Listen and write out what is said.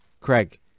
Craig